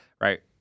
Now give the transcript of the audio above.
right